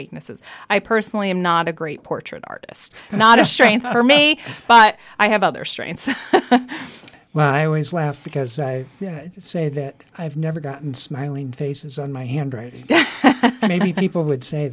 weaknesses i personally am not a great portrait artist not a strain for me but i have other strengths well i always laugh because i say that i've never gotten smiley faces on my handwriting maybe people would say